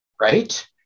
Right